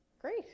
great